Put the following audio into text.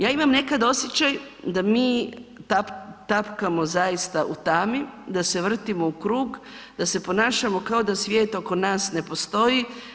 Ja imam nekad osjećaj da mi tapkamo zaista u tami, da se vrtimo u krug, da se ponašamo kao da svijet oko nas ne postoji.